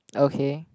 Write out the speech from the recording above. okay